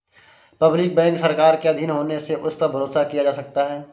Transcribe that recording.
public bank सरकार के आधीन होने से उस पर भरोसा किया जा सकता है